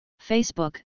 Facebook